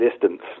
distance